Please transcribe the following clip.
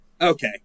Okay